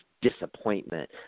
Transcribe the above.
disappointment